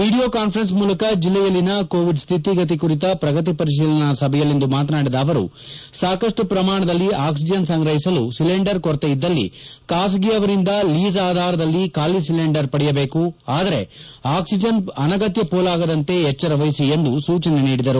video conference ಮೂಲಕ ಜಲ್ಲೆಯಲ್ಲಿನ Covid ಶ್ಥಿಕಿ ಗತಿ ಕುರಿತ ಪ್ರಗತಿ ಪರಿತೀಲನಾ ಸಭೆಯಲ್ಲಿಂದು ಮಾತನಾಡಿದ ಅವರು ಸಾಕಷ್ಟು ಪ್ರಮಾಣದಲ್ಲಿ ಆಟಿಜಿನ್ ಸಂಗ್ರಹಿಸಲು ಸಿಲೆಂಡರ್ಕೊರತೆಯಿದ್ದಲ್ಲಿ ಖಾಸಗಿಯವರಿಂದ ಲೀಸ್ ಆಧಾರದಲ್ಲಿ ಖಾಲಿ ಸಿಲೆಂಡರ್ ಪಡೆಯಬೇಕು ಆದರೆ ಆಕ್ಲಿಜನ್ ಅನಗತ್ಯ ಪೋಲಾಗದಂತೆ ಎಚ್ಚರವಹಿಸಿ ಎಂದು ಸೂಚನೆ ನೀಡಿದರು